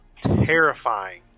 terrifying